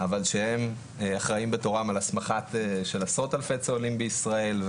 אבל שהם אחראים בתורם על הסמכה של עשרות אלפי צוללים בישראל,